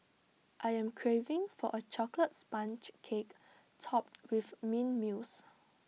I am craving for A Chocolate Sponge Cake Topped with Mint Mousse